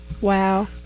Wow